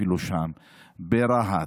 ברהט,